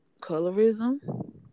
colorism